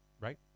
right